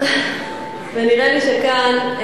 נראה לי שכאן,